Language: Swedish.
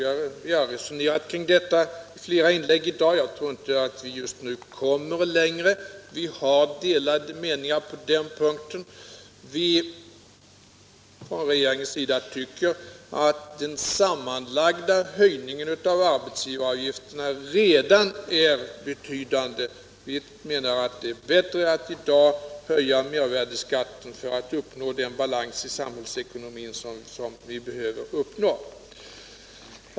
Vi har resonerat om detta i flera inlägg i dag. Jag tror inte att vi just nu kommer längre. Det råder delade meningar på denna punkt. Vi från regeringen tycker att den sammanlagda höjningen av arbetsgivaravgiften redan är betydande. Vi tycker att det i dag är bättre att höja mervärdeskatten för att uppnå den balans i samhällsekonomin som vi behöver uppnå.